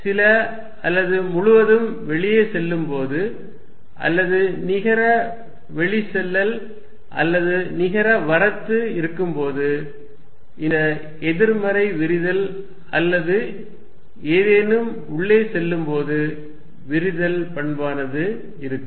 சில அல்லது முழுவதும் வெளியே செல்லும்போது அல்லது நிகர வெளிச்செல்லல் அல்லது நிகர வரத்து இருக்கும்போது இந்த எதிர்மறை விரிதல் அல்லது ஏதேனும் உள்ளே செல்லும்போது விரிதல் பண்பானது இருக்கும்